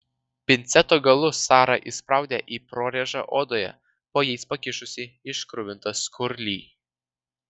pinceto galus sara įspraudė į prorėžą odoje po jais pakišusi iškruvintą skurlį